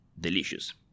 delicious